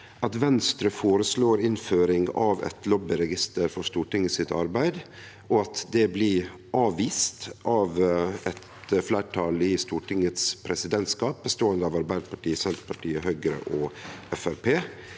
at Venstre føreslår innføring av eit lobbyregister for Stortinget sitt arbeid, og at det blir avvist av eit fleirtal i Stortingets presidentskap, dvs. Arbeidarpartiet, Senterpartiet, Høgre og